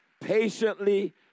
patiently